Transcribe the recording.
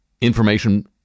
information